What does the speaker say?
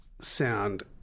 sound